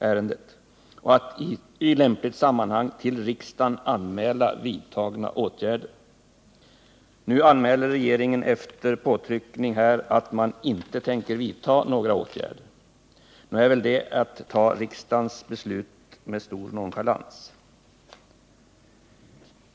ärendet och att i lämpligt sammanhang till riksdagen anmäla vidtagna åtgärder. Nu anmäler regeringen efter påtryckning att man inte tänker vidta några åtgärder. Nog är väl det att ta riksdagens beslut med stor nonchalans?